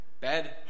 Bed